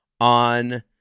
on